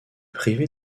privé